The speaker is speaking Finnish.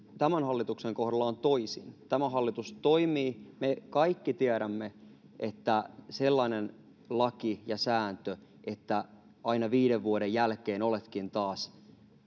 tämän hallituksen kohdalla on toisin. Tämä hallitus toimii. Me kaikki tiedämme, että sellainen laki tai sääntö, että aina viiden vuoden jälkeen oletkin taas